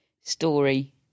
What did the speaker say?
story